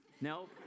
No